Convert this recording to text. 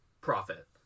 profit